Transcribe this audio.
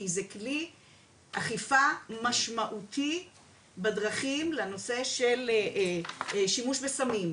כי זה כלי אכיפה משמעותי בדרכים לנושא של שימוש בסמים,